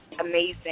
amazing